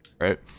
right